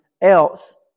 else